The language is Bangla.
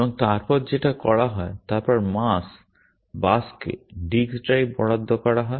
এবং তারপর যেটা করা হয় তারপর মাস বাসকে ডিস্ক ড্রাইভ বরাদ্দ করা হয়